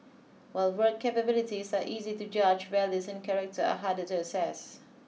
while work capabilities are easy to judge values and character are harder to assess